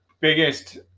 biggest